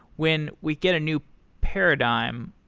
when we get a new paradigm,